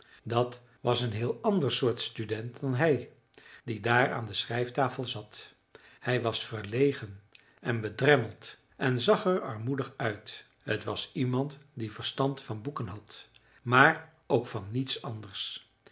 dat was een heel ander soort student dan hij die daar aan de schrijftafel zat hij was verlegen en bedremmeld en zag er armoedig uit t was iemand die verstand van boeken had maar ook van niets anders